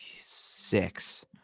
Six